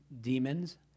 demons